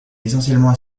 essentiellement